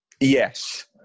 Yes